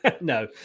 No